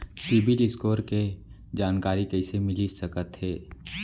CIBIL score के जानकारी कइसे मिलिस सकथे?